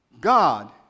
God